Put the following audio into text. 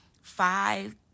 five